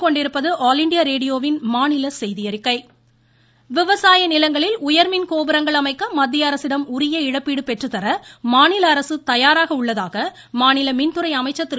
தங்கமணி விவசாய நிலங்களில் உயர்மின் கோபுரங்கள் அமைக்க மத்திய அரசிடம் உரிய இழப்பீடு பெற்றுத்தர மாநில அரசு தயாராக உள்ளதாக மாநில மின்துறை அமைச்சா் திரு